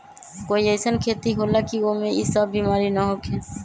कोई अईसन खेती होला की वो में ई सब बीमारी न होखे?